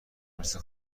مثل